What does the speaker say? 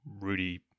Rudy